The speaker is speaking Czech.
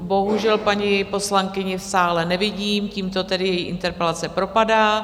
Bohužel, paní poslankyni v sále nevidím, tímto tedy její interpelace propadá.